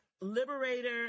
liberator